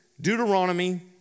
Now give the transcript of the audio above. Deuteronomy